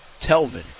Telvin